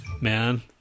man